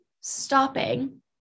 stopping